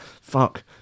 Fuck